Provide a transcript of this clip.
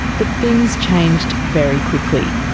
but things changed very quickly.